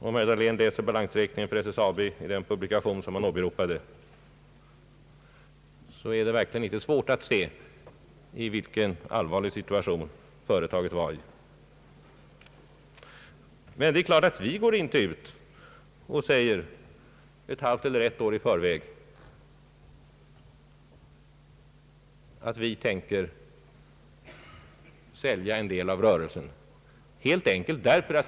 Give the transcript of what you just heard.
Om herr Dahlén läser balansräkningen för SSAB i den publikation som han åberopade, så är det verkligen inte svårt för honom att se i vilken allvarlig situation företaget befann sig. Men det är klart att inte vi går ut ett halvt eller ett år i förväg och säger, att vi tänker sälja en del av rörelsen.